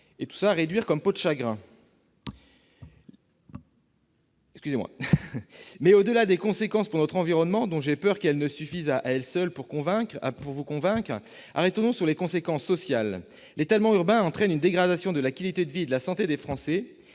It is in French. se réduire comme peau de chagrin. Au-delà des conséquences pour notre environnement, dont j'ai peur qu'elles ne suffisent pas, à elles seules, à vous convaincre, monsieur le ministre, arrêtons-nous un instant sur les conséquences sociales. L'étalement urbain entraîne une dégradation de la qualité de vie et de la santé des Français-